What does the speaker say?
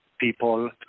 people